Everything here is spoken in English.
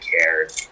cared